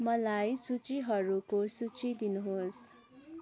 मलाई सूचीहरूको सूची दिनुहोस्